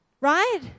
right